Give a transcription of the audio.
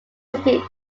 city